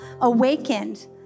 awakened